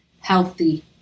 healthy